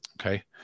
okay